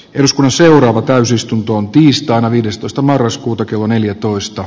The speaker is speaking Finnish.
eduskunnan seuraava täysistuntoon tiistaina viidestoista marraskuuta kello neljätoista